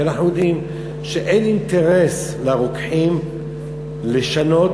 כי אנחנו יודעים שאין אינטרס לרוקחים לשנות,